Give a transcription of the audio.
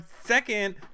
second